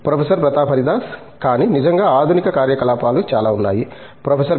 professor Pratap Haridas కానీ నిజంగా ఆధునిక కార్యకలాపాలు చాలా ఉన్నాయి ప్రొఫెసర్ బి